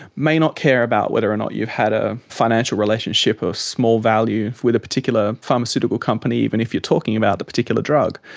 may not care about whether or not you had a financial relationship, a small value with a particular pharmaceutical company, even if you are talking about the particular drug.